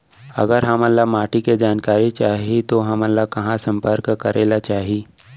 अगर हमन ला माटी के जानकारी चाही तो हमन ला कहाँ संपर्क करे ला चाही?